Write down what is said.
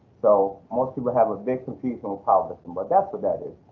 so most people have a bit confusion with powerlifting, but that's what that is.